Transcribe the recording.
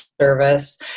Service